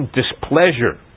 displeasure